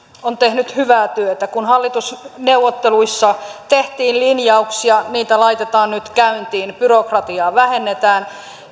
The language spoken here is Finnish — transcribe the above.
on tehnyt hyvää työtä kun hallitusneuvotteluissa tehtiin linjauksia niitä laitetaan nyt käyntiin byrokratiaa vähennetään